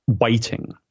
waiting